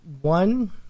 One